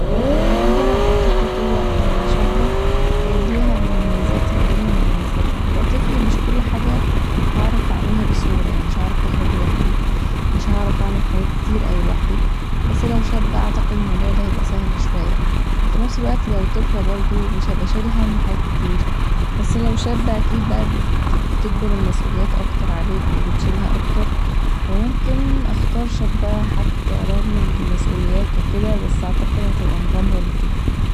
أفضل ابقي طفلة طول الوقت ولا شابه دي ليها مميزاتها ودي ليها مميزاتها تبقي طفل مش كل حاجه هعرف اعملها بسهوله يعني مش هعرف اخرج لوحدي مش هعرف اعمل حاجات كتير اوي لوحدي بس لو شاب اعتقد ان الموضوع دا هيبقي سهل شويه وفي نفس الوقت لو طفله برضو مش هبقي شايله هم حاجات كتير بس لو شابه اكيد بقي بتكبر المسؤليات اكتر عليك وبتشيلها اكتر فممكن اختار شابه حتي رغم المسؤليات وكدا بس اعتقد هتبقي مغامره لطيفه